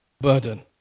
burden